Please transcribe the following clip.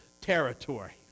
territory